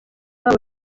wabo